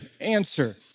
Answer